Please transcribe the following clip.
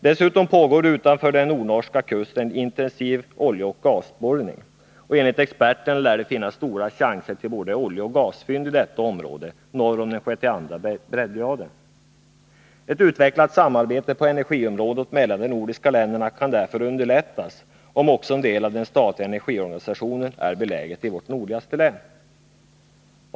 Dessutom pågår det utanför den nordnorska kusten en intensiv oljeoch gasletning, och enligt experterna lär det finnas stora chanser till både oljeoch gasfynd i detta område, norr om den 62:a breddgraden. Ett utvecklat samarbete på energiområdet mellan de nordiska länderna kan därför underlättas om också en del av den statliga energiorganisationen är belägen i vårt nordligaste län.